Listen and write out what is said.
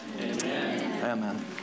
Amen